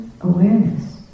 awareness